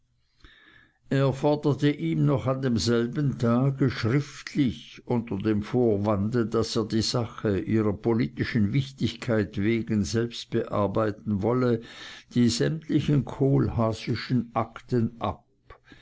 er forderte ihm noch an demselben tage schriftlich unter dem vorwande daß er die sache ihrer politischen wichtigkeit wegen selbst bearbeiten wolle die sämtlichen kohlhaasischen akten ab